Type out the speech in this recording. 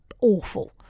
awful